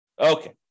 Okay